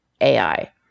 AI